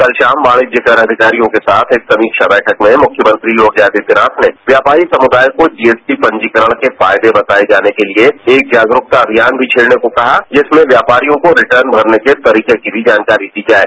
कल शाम वाणिज्य कर अधिकारियों के साथ एक समीक्षा बैठक में मुख्यमंत्री योगी आदित्यनाथ ने व्यापारी समूदाय को जीएसटी पंजीकरण के फायदे बताये जाने के लिए एक जागरुकता अभियान भी छेड़ने को कहा जिसमें व्यापारियों को रिर्टन भरने के तरीके की भी जानकारी दी जाये